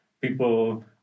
People